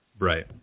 Right